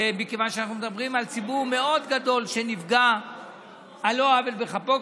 מכיוון שאנחנו מדברים על ציבור מאוד גדול שנפגע על לא עוול בכפו,